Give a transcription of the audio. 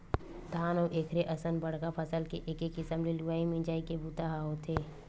धान अउ एखरे असन बड़का फसल के एके किसम ले लुवई मिजई के बूता ह होथे